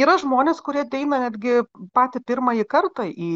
yra žmonės kurie ateina netgi patį pirmąjį kartą į